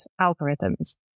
algorithms